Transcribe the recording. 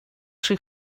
tri